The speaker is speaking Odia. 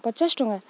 ପଚାଶ ଟଙ୍କା